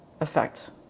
effect